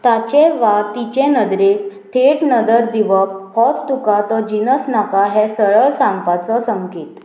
ताचे वा तिचे नदरेक थेट नदर दिवप होच तुका तो जिनस नाका हें सरळ सांगपाचो संकेत